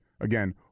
Again